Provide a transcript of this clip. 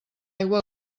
aigua